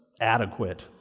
adequate